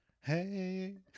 hey